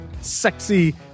sexy